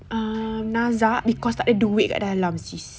um nazak because tak ada duit dekat dalam sis